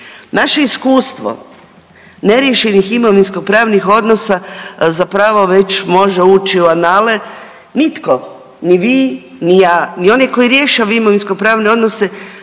Naše iskustvo neriješenih imovinskopravnih odnosa zapravo već može ući u anale, nitko ni vi ni ja ni oni koji rješavaju imovinskopravne odnose